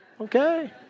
Okay